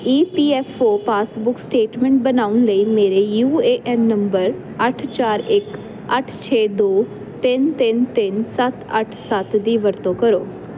ਈ P F O passbook statement ਬਣਾਉਣ ਲਈ ਮੇਰੇ ਯੂ ਏ ਐੱਨ ਨੰਬਰ ਅੱਠ ਚਾਰ ਇੱਕ ਅੱਠ ਛੇ ਦੋ ਤਿੰਨ ਤਿੰਨ ਤਿੰਨ ਸੱਤ ਅੱਠ ਸੱਤ ਦੀ ਵਰਤੋਂ ਕਰੋ